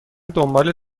دنبال